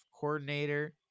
coordinator